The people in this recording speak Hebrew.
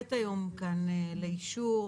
שמובאת כאן לאישור,